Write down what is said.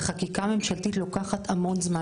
וחקיקה ממשלתית לוקחת המון זמן.